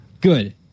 Good